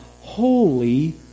Holy